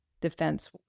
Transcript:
defense